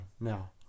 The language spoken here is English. now